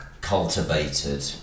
cultivated